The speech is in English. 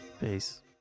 peace